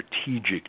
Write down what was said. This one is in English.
strategic